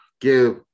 Give